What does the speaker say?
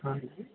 ਹਾਂਜੀ